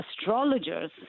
astrologers